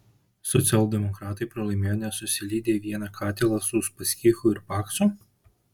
socialdemokratai pralaimėjo nes susilydė į vieną katilą su uspaskichu ir paksu